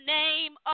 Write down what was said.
name